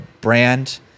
brand